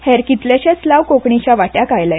हेर कितलेशेच लाव कोंकणीच्या वांट्याक आयले